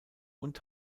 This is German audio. und